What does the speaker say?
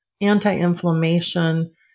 anti-inflammation